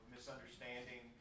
misunderstanding